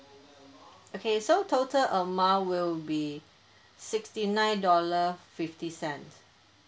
okay so total amount will be sixty nine dollar fifty cents